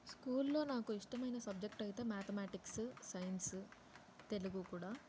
స్కూళ్ళో నాకు ఇష్టమైన సబ్జెక్ట్ అయితే మ్యాథమ్యాటిక్స్ సైన్స్ తెలుగు కూడా